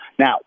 Now